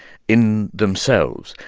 in themselves.